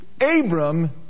Abram